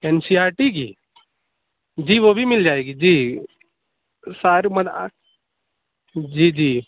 N C R T کی جی وہ بھی مل جائے گی جی ساری منعا جی جی